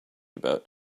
about